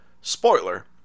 spoiler